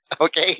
okay